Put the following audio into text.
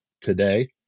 today